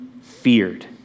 feared